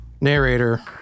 Narrator